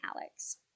Alex